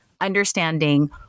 understanding